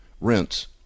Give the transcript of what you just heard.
rents